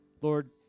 Lord